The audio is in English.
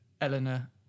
Eleanor